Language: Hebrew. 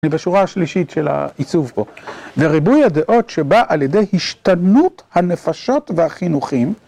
בשורה השלישית של העיצוב פה, וריבוי הדעות שבא על ידי השתנות הנפשות והחינוכים.